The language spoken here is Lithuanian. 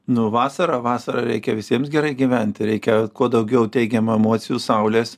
nu vasara vasara reikia visiems gerai gyventi reikia kuo daugiau teigiamų emocijų saulės